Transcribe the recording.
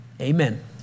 Amen